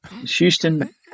Houston